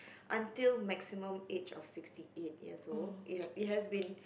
until maximum age of sixty eight years old it has it has been